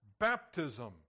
Baptism